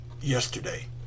yesterday